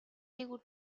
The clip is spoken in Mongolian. дээгүүр